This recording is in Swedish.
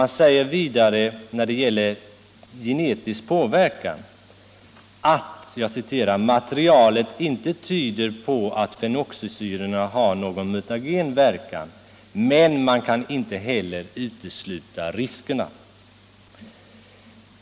När det gäller genetisk påverkan menar man att materialet inte tyder på att fenoxisyrorna har någon mutagen verkan, men man kan inte heller utesluta riskerna.